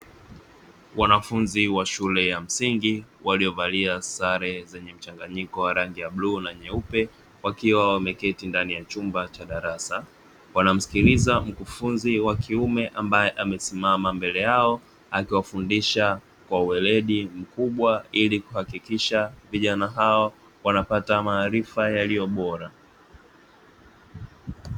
Wanafunzi wa shule ya msingi waliovalia sare zenye mchanganyiko wa rangi ya bluu na nyeupe, wakiwa wameketi ndani ya chumba cha darasa. Wanamsikiliza mkufunzi wa kiume ambaye amesimama mbele yao, akiwafundisha kwa weledi mkubwa ili kuhakikisha vijana hawa wanapata maarifa yaliyo bora.